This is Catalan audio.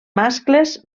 mascles